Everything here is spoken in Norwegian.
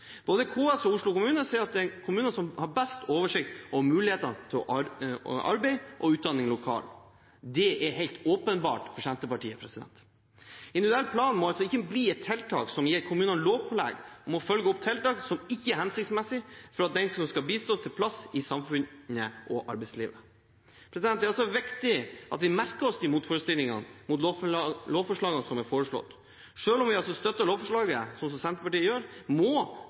Både KS og Oslo kommune sier at det er kommunene som har best oversikt over mulighetene til arbeid og utdanning lokalt. Det er helt åpenbart for Senterpartiet. Individuell plan må ikke bli et tiltak som gir kommunene lovpålegg om å følge opp tiltak som ikke er hensiktsmessige for den som skal bistås til plass i samfunnet og arbeidslivet. Det er viktig at vi merker oss motforestillingene mot lovforslagene som er foreslått. Selv om man støtter lovforslagene, slik Senterpartiet gjør, må